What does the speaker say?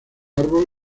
árbol